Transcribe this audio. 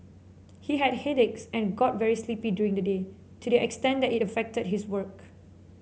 he had headaches and got very sleepy during the day to the extent that it affected his work